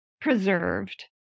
preserved